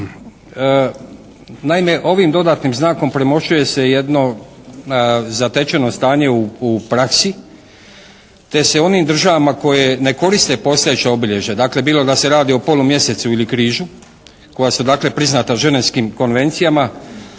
Naime, ovim dodatnim znakom premošćuje se jedno zatečeno stanje u praksi te se onim državama koje ne koriste postojeće obilježje, dakle bilo da se radi o polumjesecu ili križu koja su dakle priznata ženevskim konvencijama,